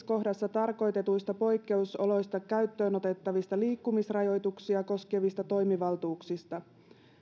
kohdassa tarkoitetuissa poikkeusoloissa käyttöönotettavista liikkumisrajoituksia koskevista toimivaltuuksista